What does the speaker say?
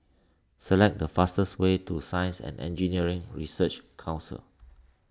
select the fastest way to Science and Engineering Research Council